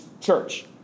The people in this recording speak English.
church